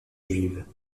juive